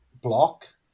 block